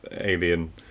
alien